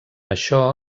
això